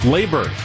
Labor